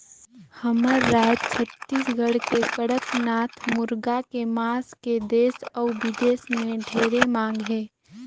हमर रायज छत्तीसगढ़ के कड़कनाथ मुरगा के मांस के देस अउ बिदेस में ढेरे मांग हे